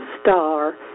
star